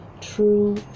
true